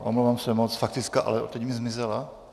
Omlouvám se moc, faktická ale odtud zmizela.